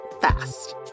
fast